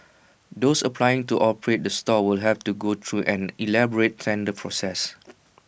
those applying to operate the stalls will have to go through an elaborate tender process